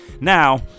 Now